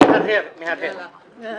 הצבעה בעד, רוב נגד, אין נמנעים, אין